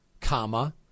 comma